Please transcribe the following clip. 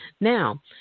Now